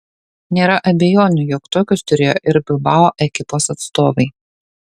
nėra abejonių jog tokius turėjo ir bilbao ekipos atstovai